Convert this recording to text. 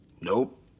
Nope